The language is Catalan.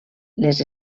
les